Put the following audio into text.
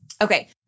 Okay